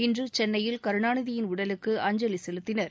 இன்று சென்னையில் கருணாநிதியின் உடலுக்கு அஞ்சலி செலுத்தினா்